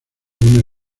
una